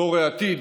דור העתיד,